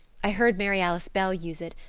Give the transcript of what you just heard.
i heard mary alice bell use it.